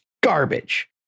garbage